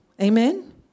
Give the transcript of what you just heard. Amen